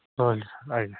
ରହିଲି ଆଜ୍ଞା